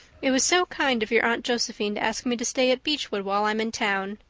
it was so kind of your aunt josephine to ask me to stay at beechwood while i'm in town.